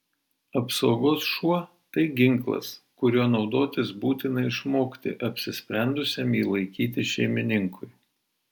apsaugos šuo tai ginklas kuriuo naudotis būtina išmokti apsisprendusiam jį laikyti šeimininkui